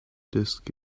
disk